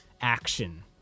action